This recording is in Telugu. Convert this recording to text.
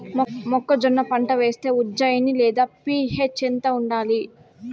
మొక్కజొన్న పంట వేస్తే ఉజ్జయని లేదా పి.హెచ్ ఎంత ఉండాలి?